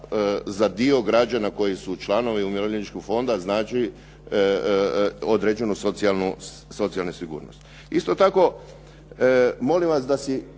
za dio građana koji su članovi Umirovljeničkog fonda znači određenu socijalnu sigurnost. Isto tako molim vas da si